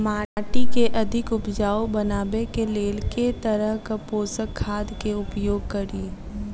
माटि केँ अधिक उपजाउ बनाबय केँ लेल केँ तरहक पोसक खाद केँ उपयोग करि?